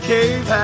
Cave